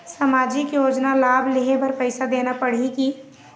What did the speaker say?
सामाजिक योजना के लाभ लेहे बर पैसा देना पड़ही की?